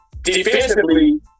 defensively